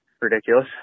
Ridiculous